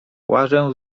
łażę